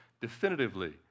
definitively